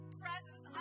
presence